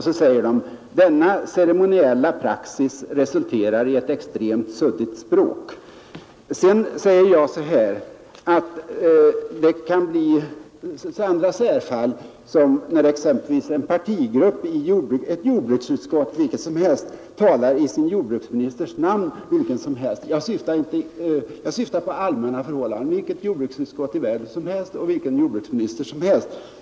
Så säger de: ”Denna ceremoniella praxis resulterar i ett extremt suddigt språk.” Jag menar att det kan uppstå andra särfall som när exempelvis en partigrupp i ett jordbruksutskott vilket som helst talar i sin jordbruksministers namn vilken som helst. Jag syftar alltså på allmänna förhållanden — vilket jordbruksutskott i världen som helst och vilken jordbruksminister som helst.